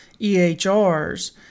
EHRs